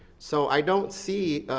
so i don't see